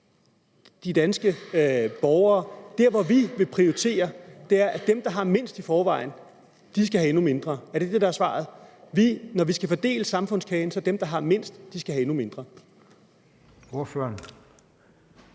de danske borgere. Det, Venstre vil prioritere, er, at dem, der har mindst i forvejen, skal have endnu mindre. Er det det, der er svaret, altså at dem, der har mindst, skal have endnu mindre,